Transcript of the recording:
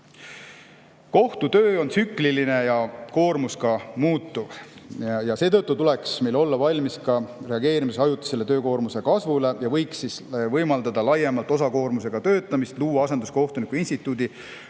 Kohtutöö on tsükliline ja koormus ka muutuv. Seetõttu tuleks meil olla valmis reageerima ajutisele töökoormuse kasvule. Ka võiks laiemalt võimaldada osakoormusega töötamist, luua asenduskohtuniku instituudi,